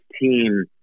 team